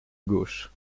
gauche